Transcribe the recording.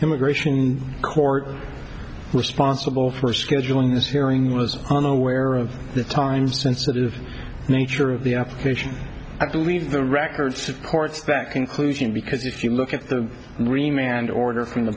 immigration court responsible for scheduling this hearing was unaware of the time sensitive nature of the application i believe the record supports that conclusion because if you look at the remains and order from the